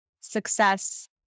success